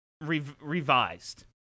revised